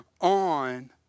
on